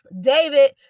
David